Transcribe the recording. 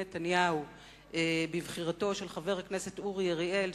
נתניהו בבחירתו של חבר הכנסת אורי אריאל,